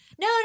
no